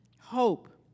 Hope